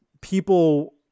People